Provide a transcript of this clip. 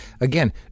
again